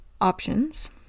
options